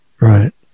Right